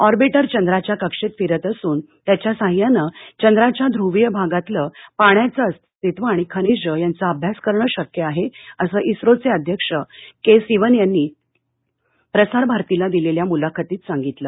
orbiter चंद्राच्या कक्षेत फिरत असून त्याच्या साद्यानं चंद्राच्या ध्रुवीय भागातलं पाण्याचं अस्तित्व आणि खनिजं यांचा अभ्यास करणं शक्य आहे असं इस्रोघे अध्यक्ष के सिवन यांनी प्रसार भारतीला दिलेल्या मुलाखतीत सांगितलं